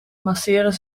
masseren